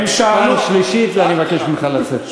פעם שלישית, ואני מבקש ממך לצאת.